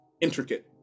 intricate